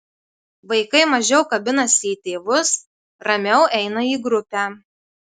vaikai mažiau kabinasi į tėvus ramiau eina į grupę